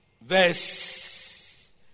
Verse